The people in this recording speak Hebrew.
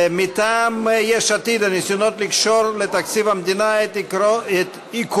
מטעם יש עתיד: הניסיונות לקשור לתקציב המדינה את עיקורו